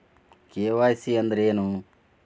KYC ಅಂದ್ರೇನು?